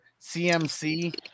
CMC